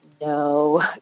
no